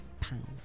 pounds